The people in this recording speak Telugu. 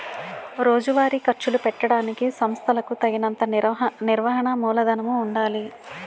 రోజువారీ ఖర్చులు పెట్టడానికి సంస్థలకులకు తగినంత నిర్వహణ మూలధనము ఉండాలి